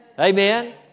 Amen